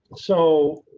so.